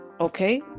Okay